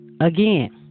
Again